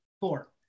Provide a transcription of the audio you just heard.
Four